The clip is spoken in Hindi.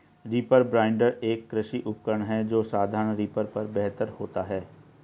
रीपर बाइंडर, एक कृषि उपकरण है जो साधारण रीपर पर बेहतर होता है